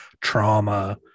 trauma